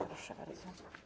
Proszę bardzo.